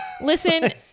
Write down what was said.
Listen